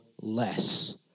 less